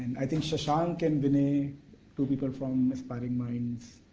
i think shashank and vinay, two people from aspiring minds,